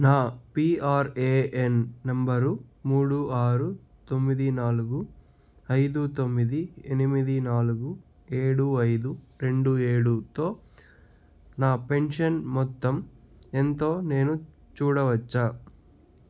నా PRAN number మూడు ఆరు తొమ్మిది నాలుగు ఐదు తొమ్మిది ఎనిమిది నాలుగు ఏడు ఐదు రెండు ఏడుతో నా పెన్షన్ మొత్తం ఎంతో నేను చూడవచ్చా